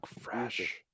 fresh